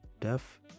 deaf